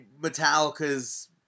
Metallica's